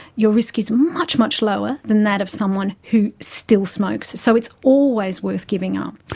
your risk is much, much lower than that of someone who still smokes. so it's always worth giving up.